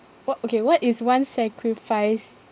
wha~ okay what is one sacrifice